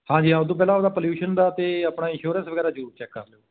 ਹਾਂਜੀ ਹਾਂ ਉਸ ਤੋਂ ਪਹਿਲਾਂ ਆਪਣਾ ਪੋਲਿਊਸ਼ਨ ਦਾ ਅਤੇ ਆਪਣਾ ਇੰਸ਼ੋਰੈਂਸ ਵਗੈਰਾ ਜ਼ਰੂਰ ਚੈੱਕ ਕਰ ਲਿਓ